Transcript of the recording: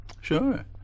Sure